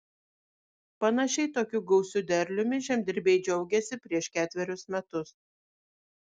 panašiai tokiu gausiu derliumi žemdirbiai džiaugėsi prieš ketverius metus